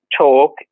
talk